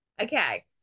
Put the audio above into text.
okay